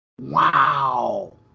Wow